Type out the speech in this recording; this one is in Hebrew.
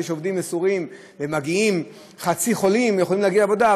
יש עובדים מסורים שמגיעים חצי חולים לעבודה,